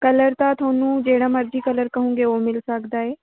colour ਤਾਂ ਤੁਹਾਨੂੰ ਜਿਹੜਾ ਮਰਜ਼ੀ ਕਲਰ ਕਹੋਗੇ ਉਹ ਮਿਲ ਸਕਦਾ ਹੈ